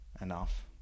enough